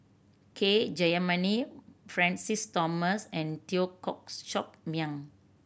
K Jayamani Francis Thomas and Teo Koh Sock Miang